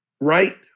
right